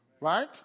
Right